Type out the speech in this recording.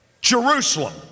Jerusalem